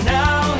now